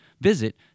visit